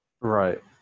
Right